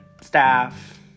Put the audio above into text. staff